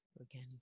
Again